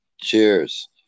Cheers